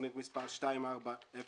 תוכנית מספר 240714